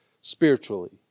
spiritually